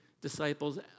disciples